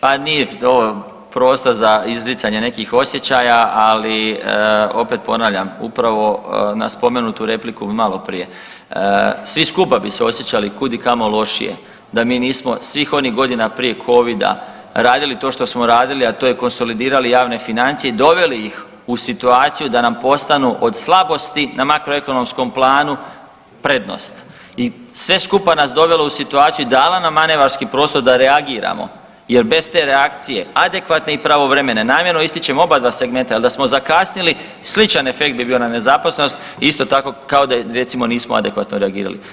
Pa nije ovo prostor za izricanje nekih osjećaja, ali opet ponavljam upravo na spomenutu repliku malo prije svi skupa bi se osjećali kud i kamo lošije da mi nismo svih onih godina prije Covida radili to što smo radili, a to je konsolidirali javne financije i doveli ih u situaciju da nam postanu od slabosti na makroekonomskom planu prednost i sve skupa nas dovelo u situaciju i dala nam manevarski prostor da reagiramo jer bez te reakcije adekvatne i pravovremene, namjerno ističem oba dva segmenta jer da smo zakasnili sličan efekt bi bio na nezaposlenost isto tako kao da recimo nismo adekvatno reagirali.